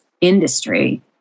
industry